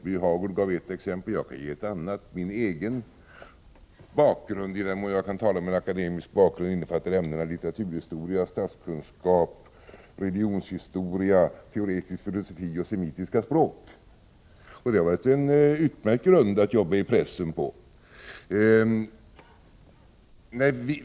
Birger Hagård gav ett exempel, och jag kan ge ett annat. Min egen bakgrund —-i den mån jag kan tala om en akademisk bakgrund — innefattar ämnena litteraturhistoria, statskunskap, religionshistoria, teoretisk filosofi och semitiska språk. Det har varit en utmärkt grund att jobba i pressen på.